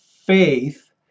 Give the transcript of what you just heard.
faith